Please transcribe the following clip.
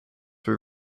were